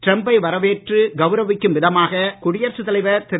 டிரம்பை வரவேற்று கவுரவிக்கும் விதமாக குடியரசுத் தலைவர் திரு